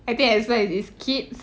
I think as long as it's kids